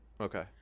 okay